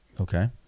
Okay